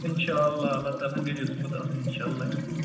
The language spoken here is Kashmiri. انشاءاللہ اللہ تعلیٰ ہَن گژھِ یوٚژھ مُت آسُن اِنشاء اللہ یِمو